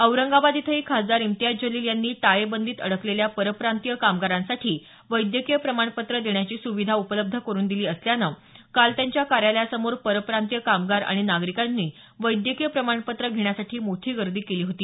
औरंगाबाद इथंही खासदार इम्तियाज जलील यांनी टाळेबंदीत अडकलेल्या परप्रांतीय कामगारांसाठी वैद्यकीय प्रमाणपत्र देण्याची सुविधा उपलब्ध करून दिली असल्यानं काल त्यांच्या कार्यालयासमोर परप्रांतीय कामगार आणि नागरिकांनी वैद्यकीय प्रमाणपत्र घेण्यासाठी मोठी गर्दी केली होती